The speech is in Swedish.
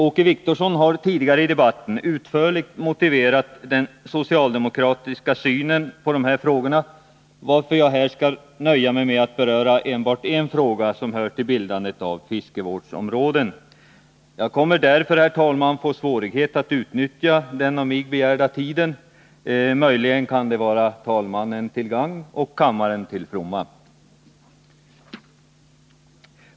Åke Wictorsson har tidigare i debatten utförligt motiverat den socialdemokratiska synen på dessa frågor, varför jag här skall nöja mig med att beröra enbart en fråga som hör till bildandet av fiskevårdsområden. Jag kommer därför, herr talman, att få svårt att utnyttja den av mig begärda tiden. Möjligen kan det vara talmannen till gagn och kammaren till fromma.